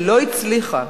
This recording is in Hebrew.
שלא הצליחה,